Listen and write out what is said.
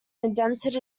indented